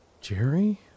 Jerry